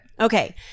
Okay